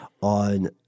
on